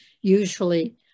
usually